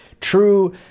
true